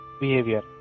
behavior